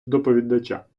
доповідача